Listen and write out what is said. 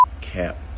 cap